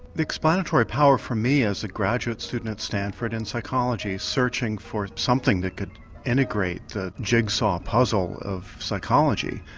the explanatory power for me, as a graduate student at stanford in psychology searching for something that could integrate the jigsaw puzzle of psychology,